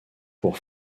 pour